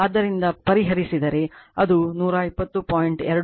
ಆದ್ದರಿಂದ ಪರಿಹರಿಸಿದರೆ ಅದು 120